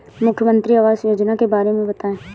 मुख्यमंत्री आवास योजना के बारे में बताए?